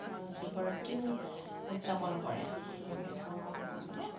শিৱৰাত্ৰিও উদযাপন কৰে হিন্দু ধৰ্মৰ লোকসকলে